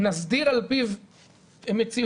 ונסדיר על פיו מציאות,